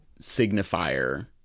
signifier